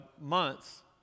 months